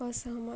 असहमत